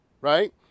Right